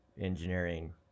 engineering